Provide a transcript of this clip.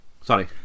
Sorry